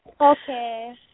Okay